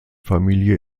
familie